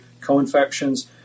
co-infections